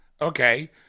Okay